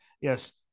yes